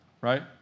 right